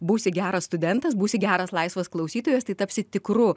būsi geras studentas būsi geras laisvas klausytojas tai tapsi tikru